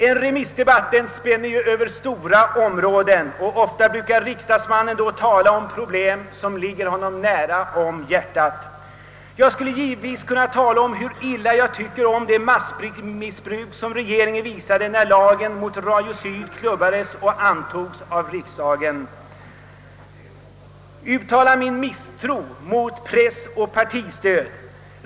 En remissdebatt spänner över stora områden, och ofta brukar riksdagsmannen då tala om problem som ligger honom nära hjärtat. Jag skulle givetvis kunna tala om hur illa jag tycker om det maktmissbruk som regeringen visade när lagen mot Radio Syd antogs av riksdagen. Jag skulle kunna uttala min misstro mot presseller partistöd.